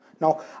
Now